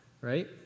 Right